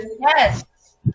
Yes